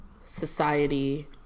society